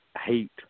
hate